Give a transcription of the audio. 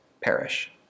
perish